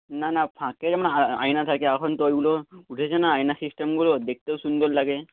না না ফাঁকে যেমন আয়না থাকে এখন তো ওইগুলো উঠেছে না আয়না সিস্টেমগুলো দেখতেও সুন্দর লাগে